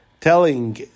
telling